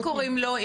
איך קוראים לו?